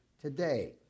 today